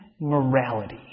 morality